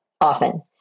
often